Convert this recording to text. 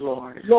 Lord